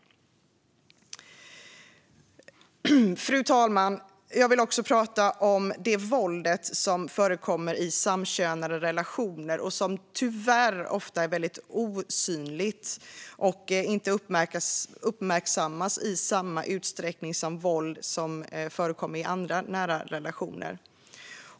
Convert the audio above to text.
Fru talman! Jag vill även tala om det våld som förekommer i samkönade relationer och som tyvärr ofta är väldigt osynligt och inte uppmärksammas i samma utsträckning som våld i andra nära relationer.